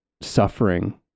suffering